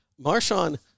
Marshawn